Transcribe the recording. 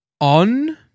on